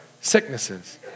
sicknesses